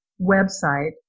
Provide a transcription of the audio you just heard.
website